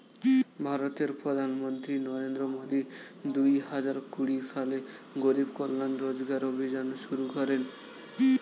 ভারতের প্রধানমন্ত্রী নরেন্দ্র মোদি দুহাজার কুড়ি সালে গরিব কল্যাণ রোজগার অভিযান শুরু করেন